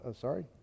Sorry